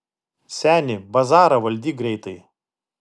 seni bazarą valdyk greitai